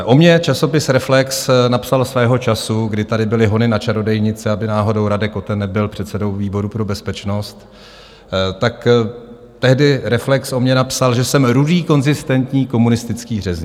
O mně časopis Reflex napsal svého času, kdy tady byly hony na čarodějnice, aby náhodou Radek Koten nebyl předsedou výboru pro bezpečnost, tak tehdy Reflex o mně napsal, že jsem rudý konzistentní komunistický řezník.